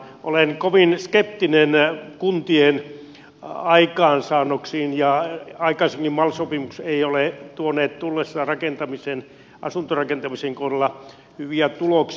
olen kovin skeptinen kuntien aikaansaannoksien suhteen ja aikaisemmin mal sopimukset eivät ole tuoneet tullessaan asuntorakentamisen kohdalla hyviä tuloksia